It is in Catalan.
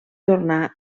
tornar